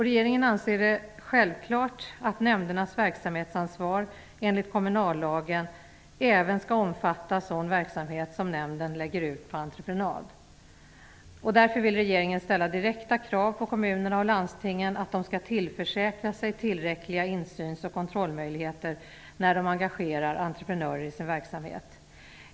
Regeringen anser att det är självklart att nämndernas verksamhetsansvar enligt kommunallagen även skall omfatta sådan verksamhet som nämnden lägger ut på entreprenad. Därför vill regeringen ställa direkta krav på kommunerna och landstingen att de skall tillförsäkra sig tillräckliga insyns och kontrollmöjligheter när de engagerar entreprenörer i sin verksamhet.